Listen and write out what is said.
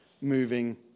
moving